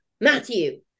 Matthew